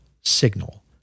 signal